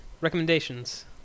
recommendations